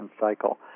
cycle